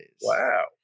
Wow